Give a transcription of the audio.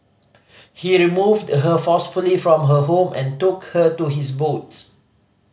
he removed her forcefully from her home and took her to his boats